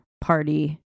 party